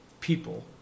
people